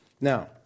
Now